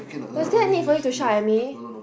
was there a need for you to shout at me